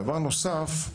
דבר נוסף,